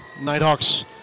Nighthawks